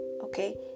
Okay